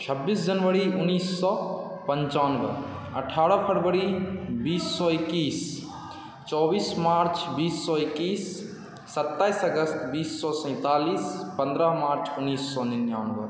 छब्बीस जनवरी उनैस सओ पनचानवे अठारह फरवरी बीस सओ इकैस चौबिस मार्च बीस सओ एकैस सत्ताइस अगस्त बीस सओ सैँतालिस पनरह मार्च उनैस सओ निनानवे